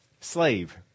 slave